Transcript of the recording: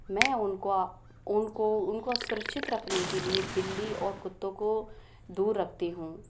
मैं उनको उनको उनको सुरक्षित रखने के लिए बिल्ली और कुत्तों को दूर रखती हूँ